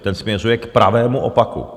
Ten směřuje k pravému opaku.